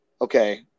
okay